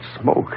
smoke